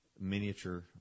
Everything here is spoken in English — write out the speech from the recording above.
miniature